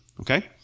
okay